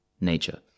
nature